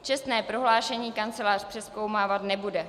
Čestné prohlášení kancelář přezkoumávat nebude.